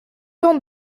temps